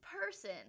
person